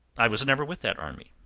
i was never with that army.